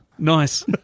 nice